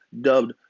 Dubbed